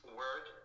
word